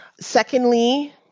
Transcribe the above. Secondly